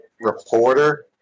reporter